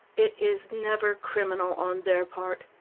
it is never criminal on their part.